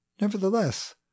Nevertheless